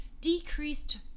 decreased